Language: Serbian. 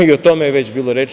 I, o tome je već bilo reči.